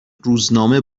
روزنامه